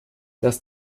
das